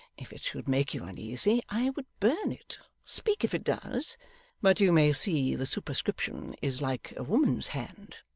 if it should make you uneasy, i would burn it speak if it does but you may see, the superscription is like a woman's hand.